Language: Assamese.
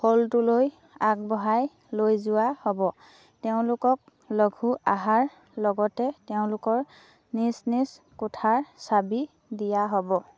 হলটোলৈ আগবঢ়াই লৈ যোৱা হ'ব তেওঁলোকক লঘু আহাৰ লগতে তেওঁলোকৰ নিজ নিজ কোঠাৰ চাবি দিয়া হ'ব